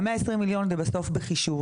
ה-120 מיליון זה בסוף בחישוב.